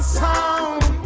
sound